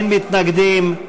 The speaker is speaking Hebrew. אין מתנגדים,